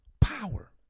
Power